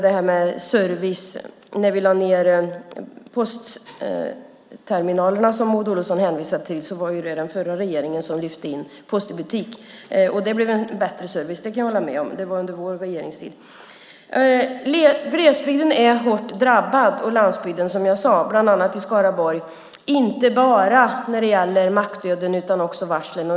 När vi lade ned postterminalerna, som Maud Olofsson hänvisar till, var det den förra regeringen som lyfte in post i butik. Det blev en bättre service - det kan jag hålla med om. Det var under vår regeringstid. Gles och landsbygden är hårt drabbad, som jag sade, bland annat i Skaraborg, inte bara när det gäller mackdöden utan också varslen.